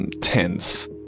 tense